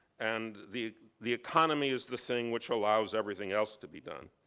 and the the economy is the thing which allows everything else to be done.